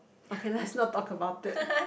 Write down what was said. okay let's not talk about it